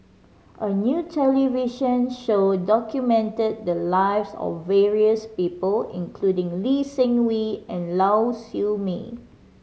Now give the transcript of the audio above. a new television show documented the lives of various people including Lee Seng Wee and Lau Siew Mei